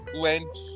went